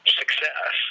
success